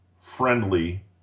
friendly